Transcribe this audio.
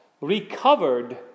Recovered